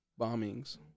Bombings